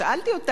איך הוא ילחץ,